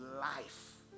life